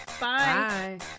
Bye